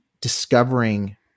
discovering